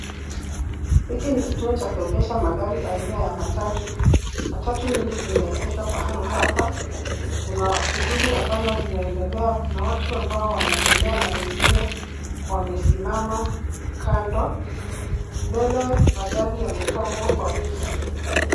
Hiki ni kituo cha kuegesha magari aina ya matatu. Matatu nyingi zimeegeshwa pahala hapa. Kuna shughuli ambazo zinaendelea. Kuna watu ambao wanatembea na wengine wamesimama kando. Mbele, magari yamepangwa kwa wingi.